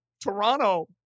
Toronto